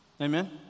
Amen